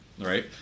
Right